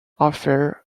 affair